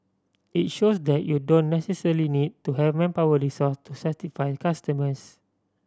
it shows that you don't necessarily need to have manpower resource to satisfy customers